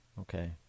okay